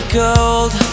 gold